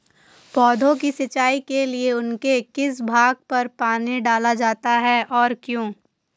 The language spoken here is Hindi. पौधों की सिंचाई के लिए उनके किस भाग पर पानी डाला जाता है और क्यों?